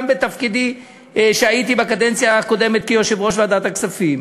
גם בתפקידי בקדנציה הקודמת כיושב-ראש ועדת הכספים.